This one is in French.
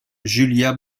julia